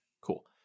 cool